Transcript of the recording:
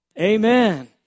Amen